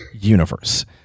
universe